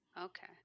Okay